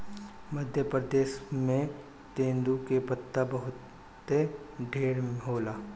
मध्य प्रदेश में तेंदू के पत्ता बहुते ढेर होला